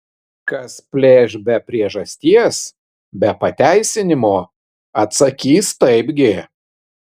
kas plėš be priežasties be pateisinimo atsakys taipgi